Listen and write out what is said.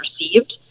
received